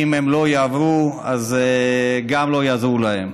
אם הם לא יעברו, אז גם לא יעזרו להם.